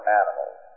animals